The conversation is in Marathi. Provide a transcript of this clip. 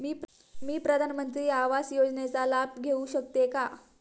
मी प्रधानमंत्री आवास योजनेचा लाभ घेऊ शकते का?